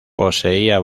poseía